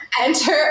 enter